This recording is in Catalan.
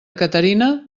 caterina